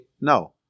no